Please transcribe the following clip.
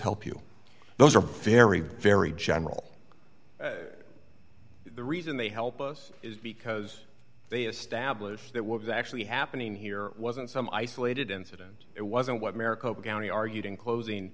help you those are very very general the reason they help us is because they establish that was actually happening here wasn't some isolated incident it wasn't what maricopa county argued in closing